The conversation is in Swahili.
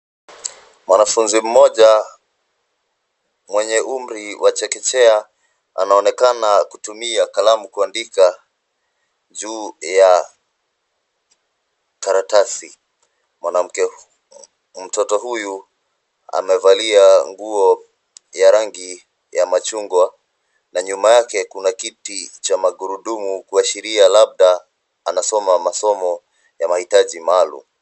Mwanafunzi mmoja mwenye umri wa chekechekea anaonekana kutumia kalamu kuandika juu ya karatasi. Mtoto huyu amevalia nguo ya rangi ya machungwa na nyuma yake kuna kiti cha magurudumu kuashiria labda anasoma masomo ya mahitaji maalum.